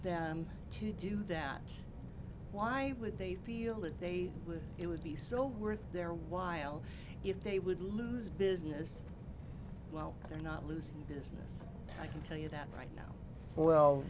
them to do that why would they feel that they would it would be so worth their while if they would lose business while they're not losing business i can tell you that right now well